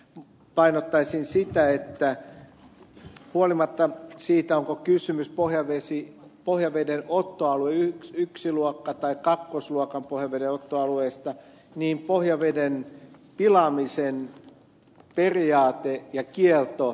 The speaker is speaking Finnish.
painottaisin sitä että riippumatta siitä onko kysymys pohjavesi pohjaveden ottoalue yksi yksi ykkösluokan vai kakkosluokan pohjavedenottoalueesta pohjaveden pilaamisen periaatteet ja kielto